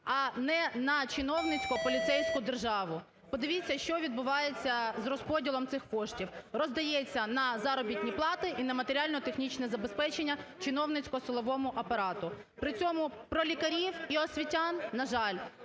а не на чиновницько-поліцейську державу. Подивіться, що відбувається з розподілом цих коштів. Роздається на заробітні плати і на матеріально-технічне забезпечення чиновницько-силовому апарату. При цьому про лікарів і освітян, на жаль,